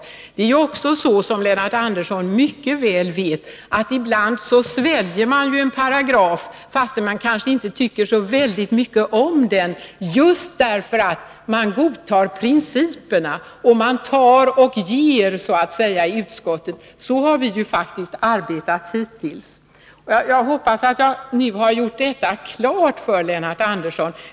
Dessutom sväljer man ibland, som Lennart Andersson mycket väl vet, en paragraf trots att man kanske inte tycker så mycket om den, just därför att man godtar principerna. Man så att säga tar och ger i utskottet. Så har vi faktiskt arbetat hittills. Jag hoppas att jag nu har gjort detta klart för Lennart Andersson.